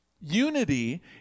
unity